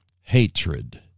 hatred